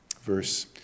Verse